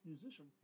Musician